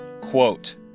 Quote